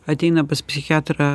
ateina pas psichiatrą